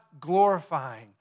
glorifying